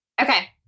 Okay